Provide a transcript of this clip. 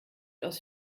aus